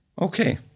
okay